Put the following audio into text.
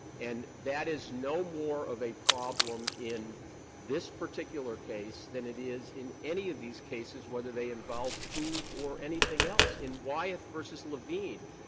and that is no more of a problem in this particular case than it is in any of these cases, whether they involve food or anything else. in wyeth versus levine,